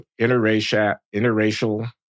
interracial